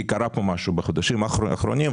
כי קרה פה משהו בחודשים האחרונים.